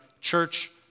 church